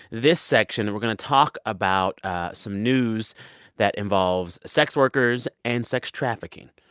this section, we're going to talk about some news that involves sex workers and sex trafficking.